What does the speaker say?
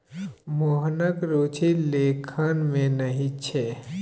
मोहनक रुचि लेखन मे नहि छै